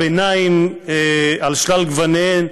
גרסאות הביניים על שלל גווניהן,